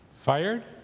Fired